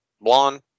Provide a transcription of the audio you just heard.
Blonde